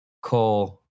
Cole